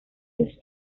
this